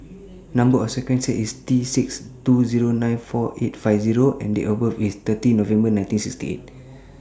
Number sequence IS T six two Zero nine four eight five O and Date of birth IS thirty November nineteen sixty eight